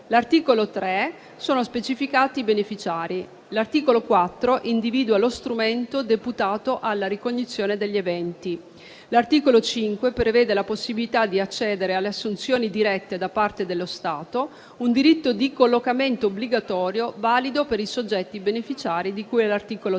Nell'articolo 3 sono specificati beneficiari. L'articolo 4 individua lo strumento deputato alla ricognizione degli eventi. L'articolo 5 prevede la possibilità di accedere alle assunzioni dirette da parte dello Stato, un diritto di collocamento obbligatorio valido per i soggetti beneficiari di cui all'articolo 3.